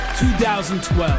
2012